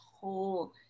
whole